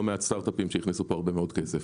מעט סטארט-אפים שהכניסו כאן הרבה מאוד כסף.